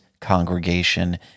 congregation